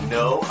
no